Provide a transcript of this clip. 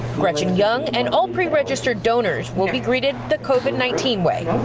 gretchen young and old pre registered owners will be greeted the covid nineteen weight.